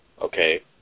okay